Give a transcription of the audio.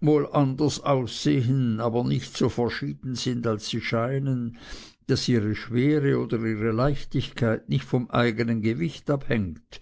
wohl anders aussehen aber nicht so verschieden sind als sie scheinen daß ihre schwere oder ihre leichtigkeit nicht vom eigenen gewicht abhängt